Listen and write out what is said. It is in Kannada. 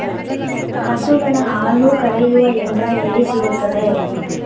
ಹಸುಗಳ ಹಾಲು ಕರೆಯುವ ಯಂತ್ರ ಎಲ್ಲಿ ಸಿಗುತ್ತದೆ?